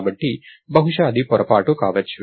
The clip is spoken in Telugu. కాబట్టి బహుశా అది పొరపాటు కావచ్చు